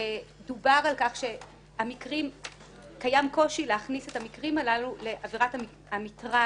דובר שקיים קושי להכניס את המקרים הללו לעבירת המטרד